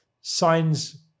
signs